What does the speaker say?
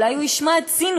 אולי הוא ישמע עד סין,